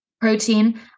protein